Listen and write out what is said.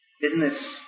business